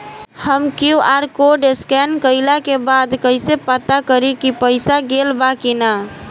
हम QR code scan कइला के बाद कइसे पता करि की पईसा गेल बा की न?